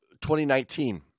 2019